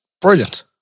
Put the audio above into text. brilliant